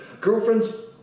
girlfriends